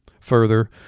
Further